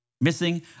missing